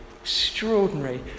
Extraordinary